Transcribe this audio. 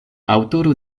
aŭtoro